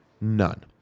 None